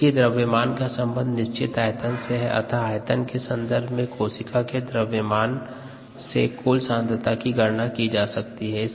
चूँकि द्रव्यमान का सम्बंध निश्चित आयतन से है अतः आयतन के सन्दर्भ में कोशिका के द्रव्यमान से कुल सांद्रता की गणना की जा सकती है